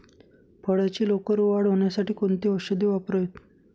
फळाची लवकर वाढ होण्यासाठी कोणती औषधे वापरावीत?